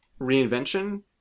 reinvention